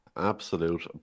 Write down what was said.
absolute